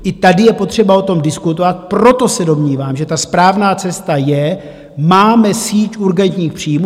I tady je potřeba o tom diskutovat, proto se domnívám, že správná cesta je máme síť urgentních příjmů.